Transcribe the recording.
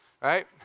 Right